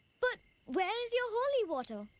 but where is your holy water?